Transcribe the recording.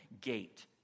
gate